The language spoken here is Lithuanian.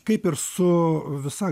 kaip ir su visa